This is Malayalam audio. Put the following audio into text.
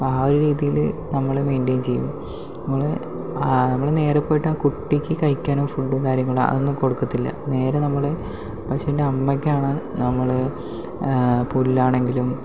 അപ്പോൾ ആ ഒരു രീതിയില് നമ്മള് മെയിൻ്റെയിൻ ചെയ്യും നമ്മളെ നമ്മള് നേരെ പോയിട്ട് ആ കുട്ടിക്ക് കഴിക്കാനുള്ള ഫുഡ് കാര്യങ്ങള് അതൊന്നും കൊടുക്കത്തില്ല നേരെ നമ്മള് പശുവിൻ്റെ അമ്മയ്ക്കാണ് നമ്മള് പുല്ലാണെങ്കിലും